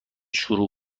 شروع